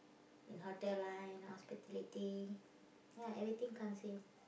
in hotel line hospitality ya everything comes in